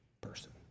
person